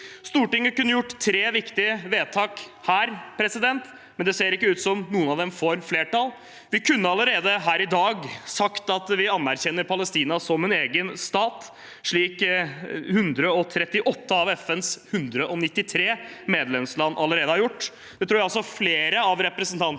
Stortinget kunne gjort tre viktige vedtak, men det ser ikke ut som noen av forslagene får flertall. Vi kunne allerede her i dag sagt at vi anerkjenner Palestina som en egen stat, slik 138 av FNs 193 medlemsland allerede har gjort. Det tror jeg flere av representantene